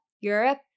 Europe